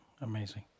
Amazing